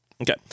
Okay